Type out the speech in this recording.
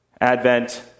Advent